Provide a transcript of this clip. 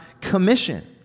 commission